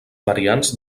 variants